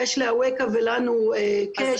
יש לאווקה ולנו קשר.